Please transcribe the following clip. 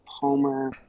Palmer